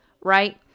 right